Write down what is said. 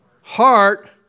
heart